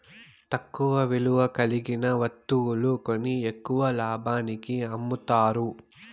తక్కువ విలువ కలిగిన వత్తువులు కొని ఎక్కువ లాభానికి అమ్ముతారు